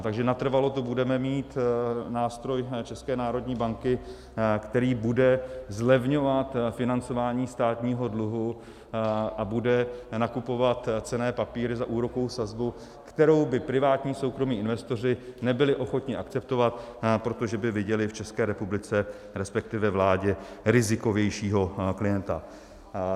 Takže natrvalo tu budeme mít nástroj České národní banky, který bude zlevňovat financování státního dluhu a bude nakupovat cenné papíry za úrokovou sazbu, kterou by privátní soukromí investoři nebyli ochotni akceptovat, protože by viděli v České republice, respektive vládě, rizikovějšího klienta.